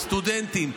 סטודנטים,